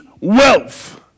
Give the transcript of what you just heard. wealth